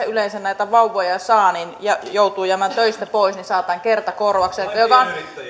yleensä näitä vauvoja saa ja joutuu jäämään töistä pois niin saa tämän kertakorvauksen joka on